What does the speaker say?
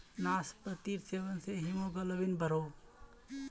नास्पातिर सेवन से हीमोग्लोबिन बढ़ोह